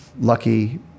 lucky